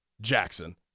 Jackson